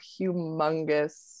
humongous